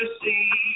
see